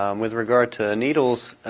um with regards to needles,